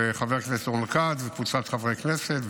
של חבר הכנסת רון כץ וקבוצת חברי הכנסת,